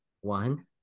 One